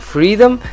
Freedom